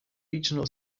regional